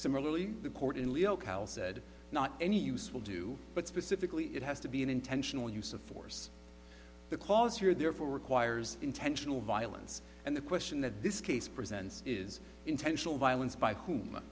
similarly the court in leo cal said not any use will do but specifically it has to be an intentional use of force the cause here therefore requires intentional violence and the question that this case presents is intentional violence by whom